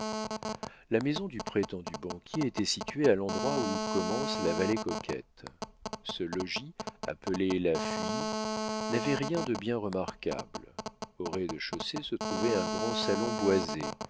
la maison du prétendu banquier était située à l'endroit où commence la vallée coquette ce logis appelé la fuye n'avait rien de bien remarquable au rez-de-chaussée se trouvait un grand salon boisé